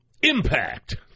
Impact